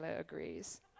agrees